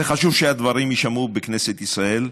חשוב שהדברים יישמעו בכנסת ישראל,